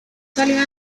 salió